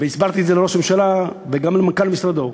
הסברתי את זה לראש הממשלה וגם למנכ"ל משרדו,